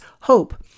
hope